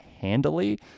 handily